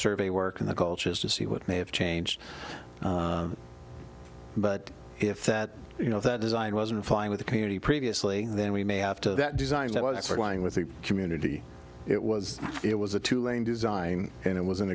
survey work in the cultures to see what may have changed but if that you know that design wasn't fine with the community previously then we may have to that design that was for going with the community it was it was a two lane design and it was an